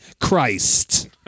Christ